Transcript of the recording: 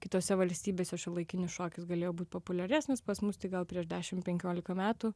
kitose valstybėse šiuolaikinis šokis galėjo būt populiaresnis pas mus tai gal prieš dešim penkiolika metų